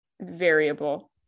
variable